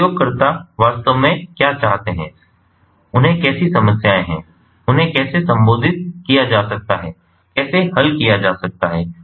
तो उपयोगकर्ता वास्तव में क्या चाहते हैं उन्हें कैसी समस्याएं हैं उन्हें कैसे संबोधित किया जा सकता है कैसे हल किया जा सकता है